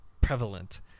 prevalent